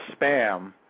spam